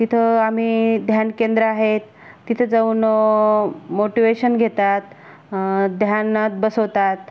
तिथं आम्ही ध्यानकेंद्र आहे तिथे जाऊन मोटिवेशन घेतात ध्यानात बसवतात